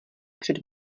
před